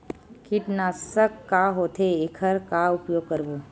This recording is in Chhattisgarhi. कीटनाशक का होथे एखर का उपयोग करबो?